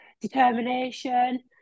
determination